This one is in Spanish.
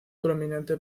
prominente